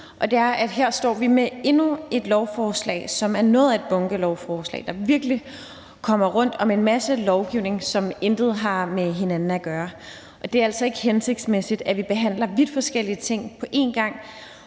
her står vi med endnu et lovforslag, som er noget af et bunkelovforslag, der virkelig kommer rundt om en masse lovgivning, som intet har med hinanden at gøre. Det er altså ikke hensigtsmæssigt, at vi behandler vidt forskellige ting på en gang,